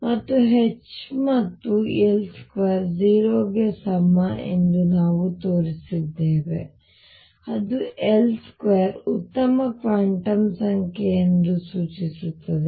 ಮತ್ತು H ಮತ್ತು L2 0 ಗೆ ಸಮ ಎಂದು ನಾವು ತೋರಿಸಿದ್ದೇವೆ ಅದು L2 ಉತ್ತಮ ಕ್ವಾಂಟಮ್ ಸಂಖ್ಯೆ ಎಂದು ಸೂಚಿಸುತ್ತದೆ